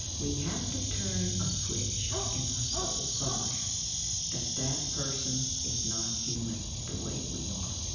we have to turn a switch in our soul somewhere that that person is not human the way we are.